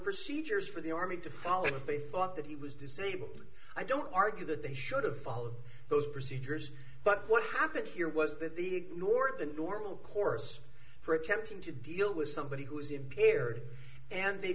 procedures for the army to follow and if a thought that he was disabled i don't argue that they should have followed those procedures but what happened here was that the ignore the normal course for attempting to deal with somebody who is impaired and they